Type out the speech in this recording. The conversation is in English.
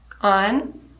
on